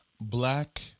black